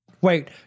Wait